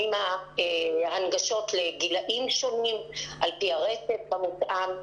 ההנגשות לגילאים שונים על פי הרצף המותאם.